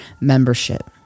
membership